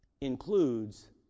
includes